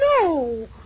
No